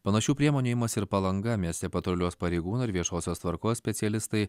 panašių priemonių imasi ir palanga mieste patruliuos pareigūnų ir viešosios tvarkos specialistai